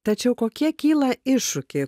tačiau kokie kyla iššūkiai